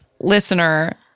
listener